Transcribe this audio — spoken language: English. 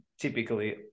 typically